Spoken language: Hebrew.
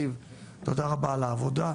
זיו תודה רבה על העבודה.